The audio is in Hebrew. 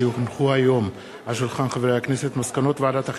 כי הונחו היום על שולחן הכנסת מסקנות ועדת החינוך,